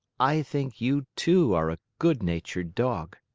i think you, too, are a good-natured dog.